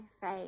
faith